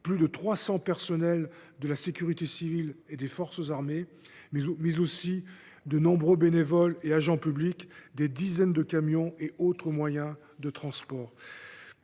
plus de 300 agents de la sécurité civile et des forces armées, mais aussi de nombreux bénévoles et agents publics, ainsi que des dizaines de camions et autres moyens de transport.